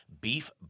beef